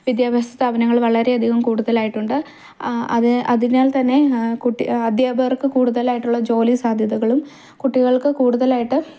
വിദ്യാഭ്യാസ സ്ഥാപനങ്ങൾ വളരെ അധികം കൂടുതലായിട്ട് ഉണ്ട് അതിനാൽ തന്നെ അധ്യാപകർക്ക് കൂടുതലായിട്ടുള്ള ജോലി സാധ്യതകളും കുട്ടികൾക്ക് കൂടുതലായിട്ട്